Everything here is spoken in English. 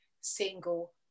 single